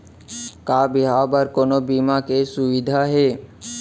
का बिहाव बर कोनो बीमा के सुविधा हे?